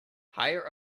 higher